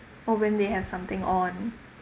or when they have something on